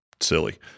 silly